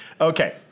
Okay